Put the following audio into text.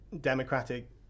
democratic